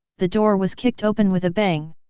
the door was kicked open with a bang.